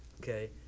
okay